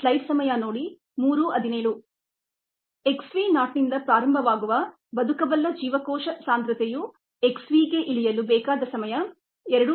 x v naught ನಿಂದ ಪ್ರಾರಂಭವಾಗುವ ಬದುಕಬಲ್ಲ ಜೀವಕೋಶ ಸಾಂದ್ರತೆಯು x v ಗೆ ಇಳಿಯಲು ಬೇಕಾದ ಸಮಯ 2